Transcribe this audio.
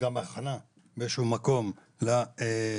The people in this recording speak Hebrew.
גם הכנה באיזה שהוא מקום למדריכים.